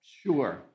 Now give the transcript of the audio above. Sure